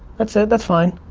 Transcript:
that's it, that's fine.